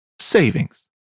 savings